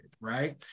right